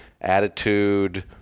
attitude